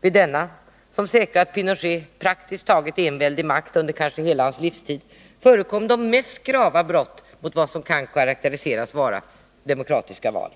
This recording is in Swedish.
Vid denna, som säkrat Pinochet praktiskt taget enväldig makt under kanske hela hans livstid, förekom de mest grava brott mot vad som kan karakteriseras som demokratiska val.